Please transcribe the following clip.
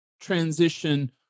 transition